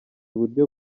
buryo